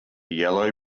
yellow